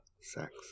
sex